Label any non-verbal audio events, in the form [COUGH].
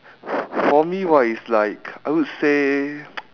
for me right is like I would say [NOISE]